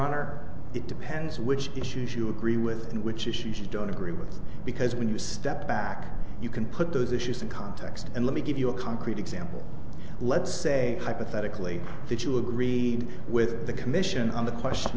honor it depends which issues you agree with and which issues you don't agree with because when you step back you can put those issues in context and let me give you a concrete example let's say hypothetically that you agreed with the commission on the question